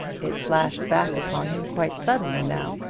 it flashed back upon him quite suddenly now,